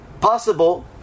Possible